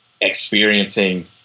experiencing